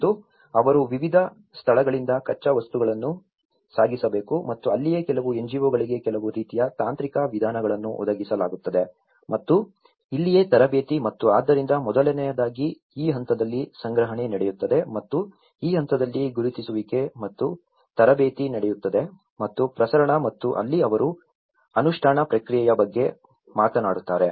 ಮತ್ತು ಅವರು ವಿವಿಧ ಸ್ಥಳಗಳಿಂದ ಕಚ್ಚಾ ವಸ್ತುಗಳನ್ನು ಸಾಗಿಸಬೇಕು ಮತ್ತು ಅಲ್ಲಿಯೇ ಕೆಲವು NGOಗಳಿಗೆ ಕೆಲವು ರೀತಿಯ ತಾಂತ್ರಿಕ ವಿಧಾನಗಳನ್ನು ಒದಗಿಸಲಾಗುತ್ತದೆ ಮತ್ತು ಇಲ್ಲಿಯೇ ತರಬೇತಿ ಮತ್ತು ಆದ್ದರಿಂದ ಮೊದಲನೆಯದಾಗಿ ಈ ಹಂತದಲ್ಲಿ ಸಂಗ್ರಹಣೆ ನಡೆಯುತ್ತದೆ ಮತ್ತು ಈ ಹಂತದಲ್ಲಿ ಗುರುತಿಸುವಿಕೆ ಮತ್ತು ತರಬೇತಿ ನಡೆಯುತ್ತದೆ ಮತ್ತು ಪ್ರಸರಣ ಮತ್ತು ಅಲ್ಲಿ ಅವರು ಅನುಷ್ಠಾನ ಪ್ರಕ್ರಿಯೆಯ ಬಗ್ಗೆ ಮಾತನಾಡುತ್ತಾರೆ